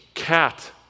Cat